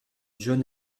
john